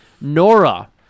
Nora